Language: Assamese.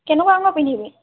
কেনেকুৱা ৰঙৰ পিন্ধিবি